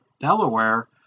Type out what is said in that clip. Delaware